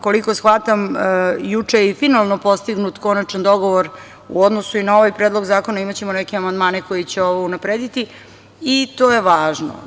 Koliko shvatam, juče je i finalno postignut konačan dogovor i u odnosu i na ovaj Predlog zakona, imaćemo neke amandmane, koji će ovo unaprediti i to je važno.